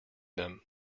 them